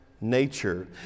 nature